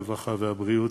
הרווחה והבריאות.